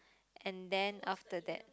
and then after that